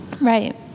Right